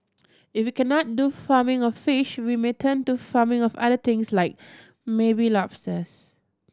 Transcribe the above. if we cannot do farming of fish we may turn to farming of other things like maybe lobsters